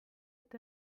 est